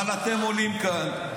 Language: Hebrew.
אבל אתם עולים לכאן,